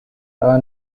are